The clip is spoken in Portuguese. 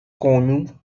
come